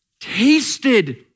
tasted